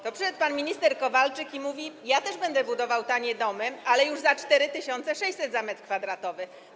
To przyszedł pan minister Kowalczyk i mówi: Ja też będę budował tanie domy, ale już za 4600 za metr kwadratowy.